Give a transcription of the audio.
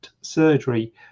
surgery